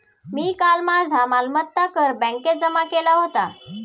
मी काल माझा मालमत्ता कर बँकेत जमा केला होता